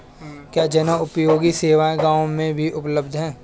क्या जनोपयोगी सेवा गाँव में भी उपलब्ध है?